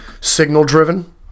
signal-driven